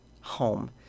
home